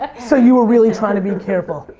ah so you were really trying to be careful?